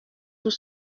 tout